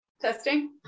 Testing